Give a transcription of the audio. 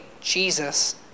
Jesus